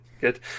good